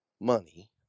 money